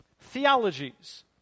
theologies